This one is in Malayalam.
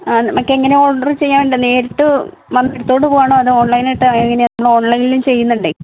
ആ മറ്റേ ഇങ്ങനെ ഓർഡർ ചെയ്യാനുണ്ട് നേരിട്ട് വന്നെടുത്തുകൊണ്ട് പോവുവാണോ അതോ ഓൺലൈൻ ആയിട്ട് എങ്ങനെയാണ് നമ്മൾ ഓൺലൈനിലും ചെയ്യുന്നുണ്ടേ